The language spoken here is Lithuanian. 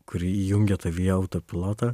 kuri įjungia tavyje autopilotą